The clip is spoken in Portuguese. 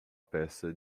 peça